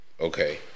Okay